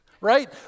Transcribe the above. right